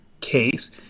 case